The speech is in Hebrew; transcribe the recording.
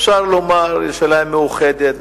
אפשר לומר "ירושלים מאוחדת",